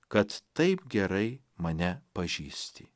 kad taip gerai mane pažįsti